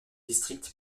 district